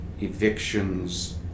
evictions